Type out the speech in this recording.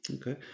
Okay